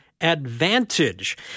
Advantage